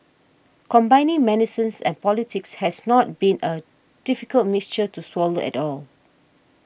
combining medicines and politics has not been a difficult mixture to swallow at all